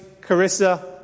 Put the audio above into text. Carissa